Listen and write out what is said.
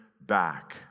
back